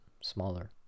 smaller